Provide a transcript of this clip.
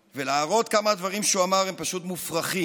ולהראות כמה הדברים שהוא אמר הם פשוט מופרכים.